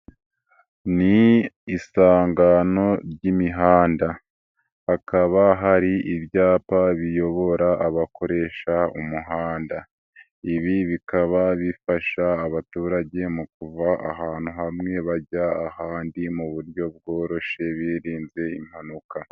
Ni isangano ry'imihanda. Hakaba hari ibyapa biyobora abakoresha umuhanda. Ibi bikaba bifasha abaturage mu kuva ahantu hamwe bajya ahandi mu buryo bworoshye birinze impanuka.